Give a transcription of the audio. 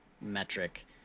metric